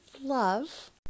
love